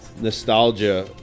nostalgia